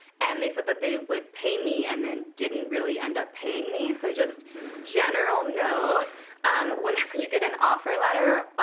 and they said that they would pay me, and then didn't really end up paying me. so just generally note whenever you get an offer letter,